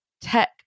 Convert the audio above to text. tech